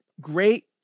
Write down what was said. great